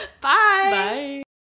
bye